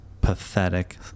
pathetic